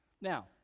now